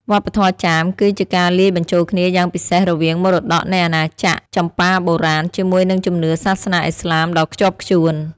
វប្បធម៌ចាមគឺជាការលាយបញ្ចូលគ្នាយ៉ាងពិសេសរវាងមរតកនៃអាណាចក្រចម្ប៉ាបុរាណ ជាមួយនឹងជំនឿសាសនាឥស្លាមដ៏ខ្ជាប់ខ្ជួន។